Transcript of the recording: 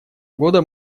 года